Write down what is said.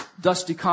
dusty